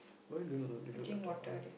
why don't you